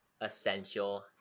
essential